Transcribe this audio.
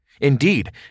Indeed